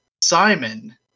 Simon